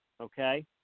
Okay